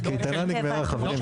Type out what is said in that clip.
חברים,